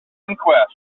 inquest